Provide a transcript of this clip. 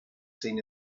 seen